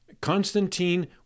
Constantine